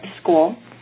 school